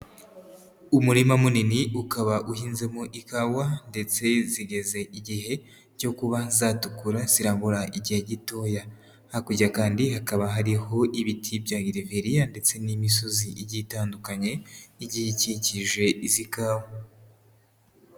Umurima munini ukaba uhinzemo ikawa ndetse zigeze igihe cyo kuba zatukura zirabura igihe gitoya, hakurya kandi hakaba hariho ibiti bya gereveriya ndetse n'imisozi igiye itandukanye igiye ikikije izi kawa.